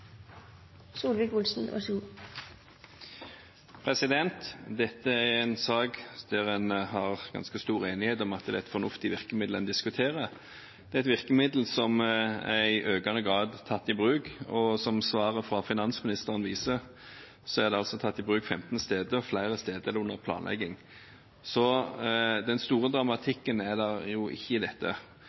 ganske stor enighet om at det er et fornuftig virkemiddel en diskuterer. Det er et virkemiddel som i økende grad er tatt i bruk, og som svaret fra finansministeren viser, er det altså tatt i bruk 15 steder. Flere steder er det under planlegging. Så den store dramatikken er det ikke i dette.